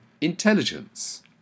intelligence